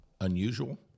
unusual